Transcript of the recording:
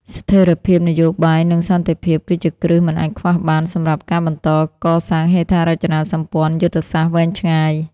ស្ថិរភាពនយោបាយ និងសន្តិភាព គឺជាគ្រឹះមិនអាចខ្វះបានសម្រាប់ការបន្តកសាងហេដ្ឋារចនាសម្ព័ន្ធយុទ្ធសាស្ត្រវែងឆ្ងាយ។